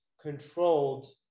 controlled